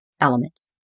elements